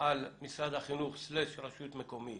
על משרד החינוך/רשות מקומית,